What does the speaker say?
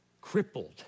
crippled